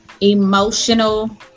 emotional